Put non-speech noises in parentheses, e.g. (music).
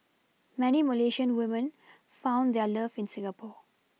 many Malaysian women found their love in Singapore (noise)